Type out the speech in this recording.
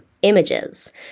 Images